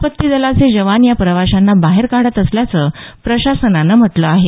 आपत्ती दलाचे जवान या प्रवाशांना बाहेर काढत असल्याचं प्रशासनानं म्हटलं आहे